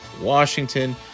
Washington